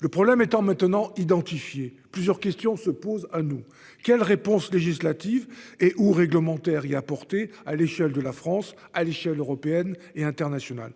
Le problème étant maintenant identifié, plusieurs questions se posent à nous : quelle réponse législative et/ou réglementaire y apporter, à l'échelle de la France, à l'échelle européenne et internationale ?